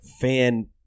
fan